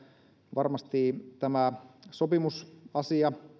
varmasti tämä sopimusasia